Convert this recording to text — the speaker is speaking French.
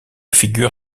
figure